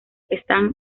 están